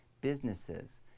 businesses